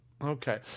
Okay